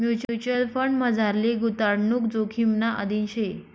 mutual फंडमझारली गुताडणूक जोखिमना अधीन शे